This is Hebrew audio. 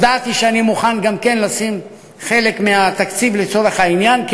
הודעתי שאני מוכן גם כן לשים חלק מהתקציב לצורך העניין,